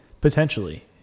Potentially